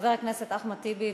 חבר הכנסת אחמד טיבי,